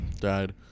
died